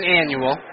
annual